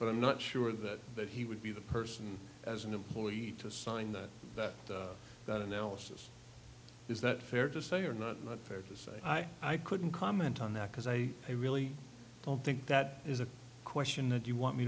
but i'm not sure that that he would be the person as an employee to sign that that that analysis is that fair to say or not fair to say i i couldn't comment on that because i really don't think that is a question that you want me